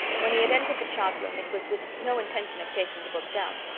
when he had entered the chart-room, it was with no intention of taking the book down.